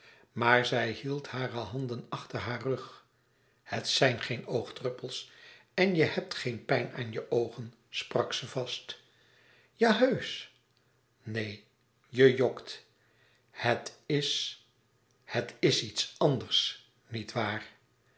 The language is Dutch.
maar zij hield hare handen achter haar rug het zijn geen oogdruppels en je hebt geen pijn aan je oogen sprak ze vast ja heusch neen je jokt het is het is iets anders